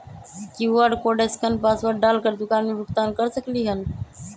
QR code scan password डाल कर दुकान में भुगतान कर सकलीहल?